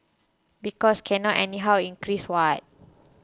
because can not anyhow increase what